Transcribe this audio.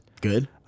Good